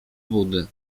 budy